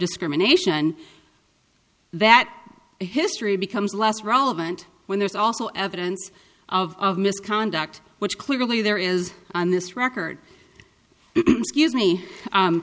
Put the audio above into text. discrimination that history becomes less relevant when there's also evidence of misconduct which clearly there is on this record scuse me